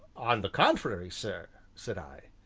on the contrary, sir, said i.